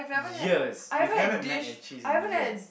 years you haven't had mac and cheese in years